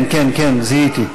כן, כן, כן, זיהיתי.